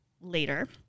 later